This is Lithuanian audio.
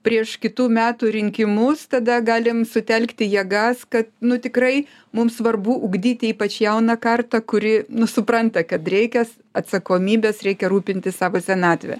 prieš kitų metų rinkimus tada galim sutelkti jėgas kad nu tikrai mums svarbu ugdyti ypač jauną kartą kuri nu supranta kad reikia atsakomybės reikia rūpintis savo senatve